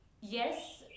yes